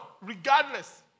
regardless